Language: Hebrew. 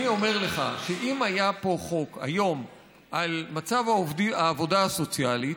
אני אומר לך שאם היה פה חוק היום על מצב העבודה הסוציאלית,